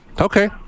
okay